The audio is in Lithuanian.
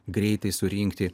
greitai surinkti